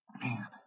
Man